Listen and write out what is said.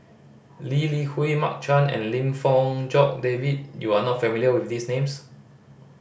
Lee Li Hui Mark Chan and Lim Fong Jock David you are not familiar with these names